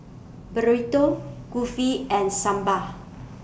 Burrito Kulfi and Sambar